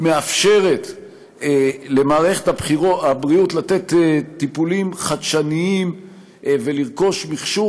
מאפשרת למערכת הבריאות לתת טיפולים חדשניים ולרכוש מכשור